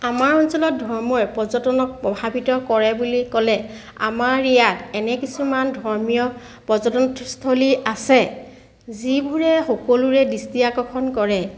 আমাৰ অঞ্চলত ধৰ্ময়ে পৰ্যটনক প্ৰভাৱিত কৰে বুলি ক'লে আমাৰ ইয়াত এনে কিছুমান ধৰ্মীয় পৰ্য্যটনস্থলী আছে যিবোৰে সকলোৰে দৃষ্টি আকৰ্ষণ কৰে